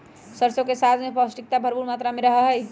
सरसों के साग में पौष्टिकता भरपुर मात्रा में रहा हई